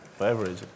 average